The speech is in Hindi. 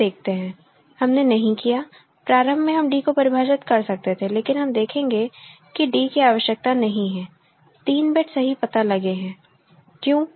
हम देखते हैं हमने नहीं किया प्रारंभ में हम d को परिभाषित कर सकते हैं लेकिन हम देखेंगे कि d की आवश्यकता नहीं है 3 बिट सही पता लगे हैं क्यों